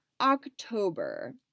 October